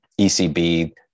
ECB